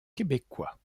québécois